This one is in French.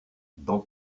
dans